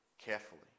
carefully